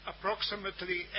approximately